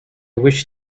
wish